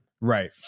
Right